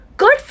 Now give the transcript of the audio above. good